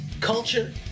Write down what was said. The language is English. culture